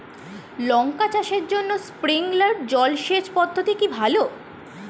লঙ্কা চাষের জন্য স্প্রিংলার জল সেচ পদ্ধতি কি ভালো?